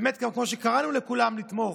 באמת כמו שקראנו לכולם לתמוך.